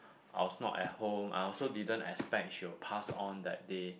I was not at home I also didn't expect she will pass on that day